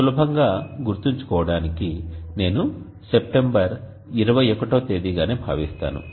కానీ సులభంగా గుర్తుంచుకోవడానికి నేను సెప్టెంబర్ 21తేదీ గానే భావిస్తాను